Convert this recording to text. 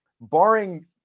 barring